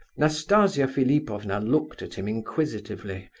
nastasia philipovna looked at him inquisitively,